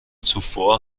zuvor